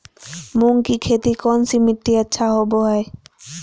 मूंग की खेती कौन सी मिट्टी अच्छा होबो हाय?